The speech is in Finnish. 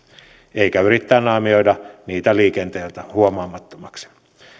eikä yrittää naamioida niitä liikenteeltä huomaamattomiksi